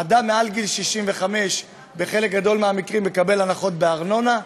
אדם מעל גיל 65 בחלק גדול מהמקרים מקבל הנחות בארנונה,